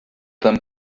them